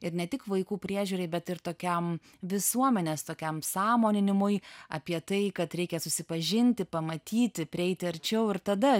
ir ne tik vaikų priežiūrai bet ir tokiam visuomenės tokiam sąmoninimui apie tai kad reikia susipažinti pamatyti prieiti arčiau ir tada